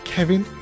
Kevin